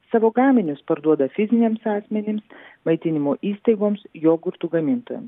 savo gaminius parduoda fiziniams asmenims maitinimo įstaigoms jogurtų gamintojams